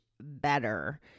better